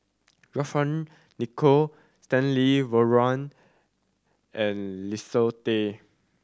John Fearns Nicoll Stanley Warren and Leslie Tay